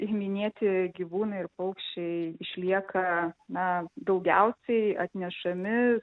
minėti gyvūnai ir paukščiai išlieka na daugiausiai atnešami